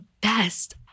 best